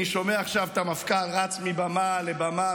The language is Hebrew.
אני שומע עכשיו את המפכ"ל רץ מבמה לבמה,